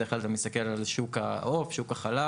בדרך ככל, זה מסתכל על שוק העוף, שוק החלב.